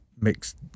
mixed